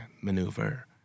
Maneuver